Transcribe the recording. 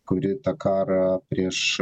kuri tą karą prieš